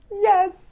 yes